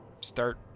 start